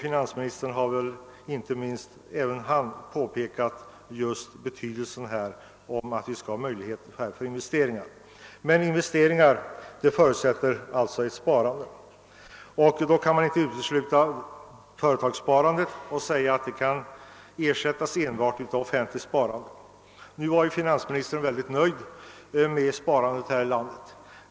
Inte minst finansministern har påpekat betydelsen av att det finns möjlighet till investeringar och erforderligt kapital härför. Investeringar förutsätter alltså ett sparande. Därvid kan man inte utesluta företagssparandet och påstå att det kan ersättas av enbart offentligt sparande. Finansministern var ju mycket nöjd med sparandet här i landet.